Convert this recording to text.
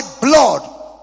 blood